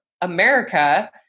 America